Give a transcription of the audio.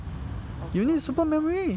I also don't want to know [what]